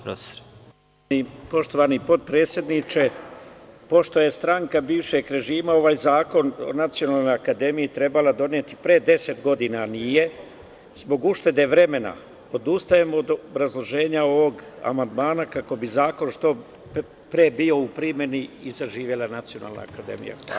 Poštovani potpredsedniče, pošto je stranka bivšeg režima ovaj zakon o Nacionalnoj akademiji trebala doneti pre deset godina, a nije, zbog uštede vremena odustajem od obrazloženja ovog amandmana kako bi zakon što pre bio u primeni i zaživela Nacionalna akademija.